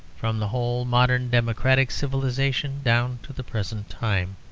from the whole modern democratic civilization down to the present time.